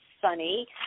sunny